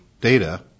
data